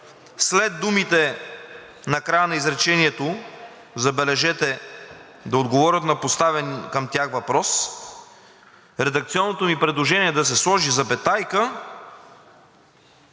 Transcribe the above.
след думите „в края на изречението да отговорят на поставен към тях въпрос“, редакционното ми предложение е да се сложи запетая